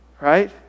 Right